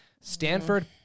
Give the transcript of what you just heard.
Stanford